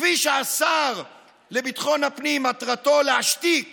כפי שהשר לביטחון הפנים מטרתו להשתיק